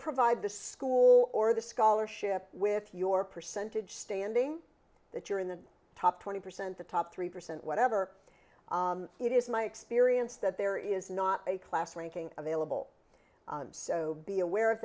provide the school or the scholarship with your percentage standing that you're in the top twenty percent the top three percent whatever it is my experience that there is not a class ranking available so be aware of